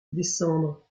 descendre